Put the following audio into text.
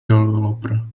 developer